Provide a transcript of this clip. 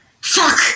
Fuck